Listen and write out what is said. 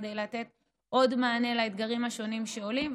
כדי לתת עוד מענה לאתגרים השונים שעולים,